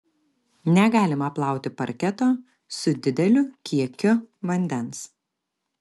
negalima plauti parketo su dideliu kiekiu vandens